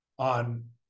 on